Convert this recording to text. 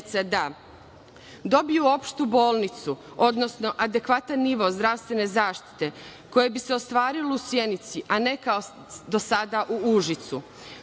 da dobiju opštu bolnicu, odnosno adekvatan nivo zdravstvene zaštite, koje bi se ostvarilo u Sjenici a ne kao do sada u Užicu,